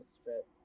strip